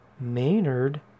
Maynard